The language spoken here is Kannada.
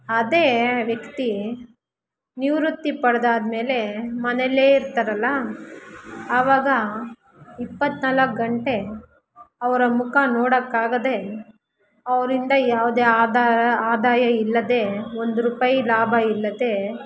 ಅದೇ ವ್ಯಕ್ತಿ ನಿವೃತ್ತಿ ಪಡೆದಾದ್ಮೇಲೆ ಮನೆಲೇ ಇರ್ತಾರಲ್ಲ ಅವಾಗ ಇಪ್ಪತ್ತ್ನಾಲ್ಕು ಗಂಟೆ ಅವರ ಮುಖ ನೋಡೋಕಾಗದೇ ಅವರಿಂದ ಯಾವುದೇ ಆಧಾರ ಆದಾಯ ಇಲ್ಲದೇ ಒಂದು ರೂಪಾಯಿ ಲಾಭ ಇಲ್ಲದೇ